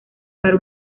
para